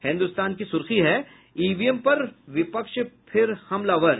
हिन्दुस्तान की सुर्खी है ईवीएम पर विपक्ष फिर हमलावर